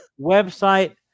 Website